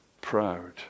proud